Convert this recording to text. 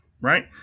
Right